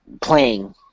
playing